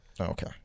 Okay